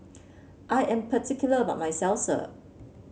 I am particular about my Salsa